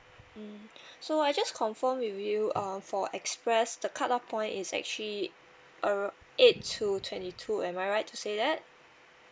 mm so I just confirm with you um for express the cut off point is actually uh eight to twenty two am I right to say that